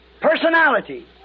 personality